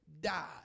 died